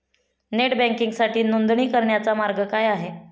Net बँकिंगसाठी नोंदणी करण्याचा मार्ग काय आहे?